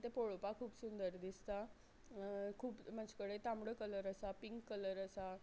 तें पळोवपाक खूब सुंदर दिसता खूब म्हजे कडेन तांबडो कलर आसा पींक कलर आसा